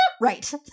Right